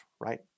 right